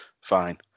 fine